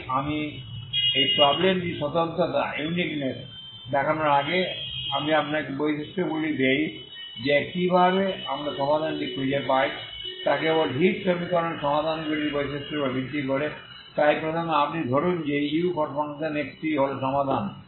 তাই আমি এই প্রবলেমটির স্বতন্ত্রতা দেখানোর আগে আমি আপনাকে বৈশিষ্ট্যগুলি দেই যে কিভাবে আমরা সমাধানটি খুঁজে পাই তা কেবল হিট সমীকরণের সমাধানগুলির বৈশিষ্ট্যের উপর ভিত্তি করে তাই প্রথমে আপনি ধরুন যে uxt হল সমাধান